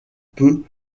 peu